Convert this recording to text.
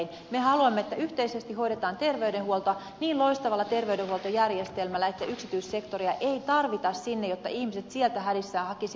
me haluamme että yhteisesti hoidetaan ter veydenhuoltoa niin loistavalla terveydenhuoltojärjestelmällä että yksityissektoria ei tarvita sinne jotta ihmiset sieltä hädissään hakisivat apua